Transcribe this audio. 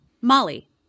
Molly